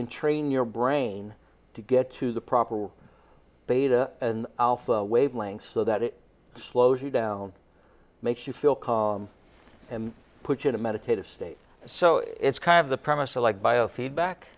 in train your brain to get to the proper beta alpha wavelength so that it slows you down makes you feel calm and put you in a meditative state so it's kind of the promise of like biofeedback